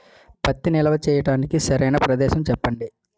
పత్తి నిల్వ చేయటానికి సరైన ప్రదేశం చెప్పండి?